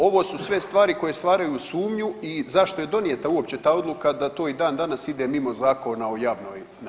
Ovo su sve stvari koje stvaraju sumnju i zašto je donijeta uopće ta odluka da to i dan danas ide mimo Zakona o javnoj nabavi.